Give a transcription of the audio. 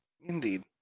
Indeed